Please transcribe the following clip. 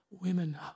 women